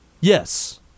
Yes